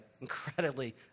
incredibly